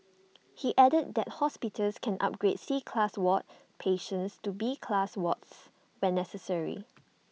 he added that hospitals can upgrade C class ward patients to B class wards when necessary